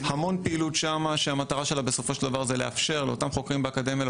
המון פעילות שם שמטרתה בסופו של דבר לאפשר לאותם חוקרים באקדמיה,